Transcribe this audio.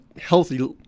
healthy